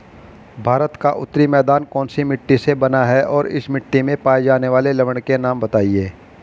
भारत का उत्तरी मैदान कौनसी मिट्टी से बना है और इस मिट्टी में पाए जाने वाले लवण के नाम बताइए?